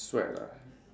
sweat lah